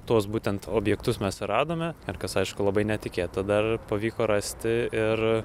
tuos būtent objektus mes ir radome ir ar kas aišku labai netikėta dar pavyko rasti ir